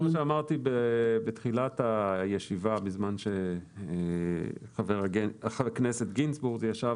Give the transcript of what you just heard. כמו שאמרתי בתחילת הישיבה בזמן שחבר הכנסת גינזבורג ניהל,